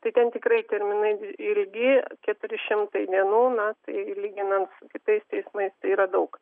tai ten tikrai terminai ilgi keturi šimtai dienų na tai lyginant su kitais teismais tai yra daug